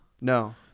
No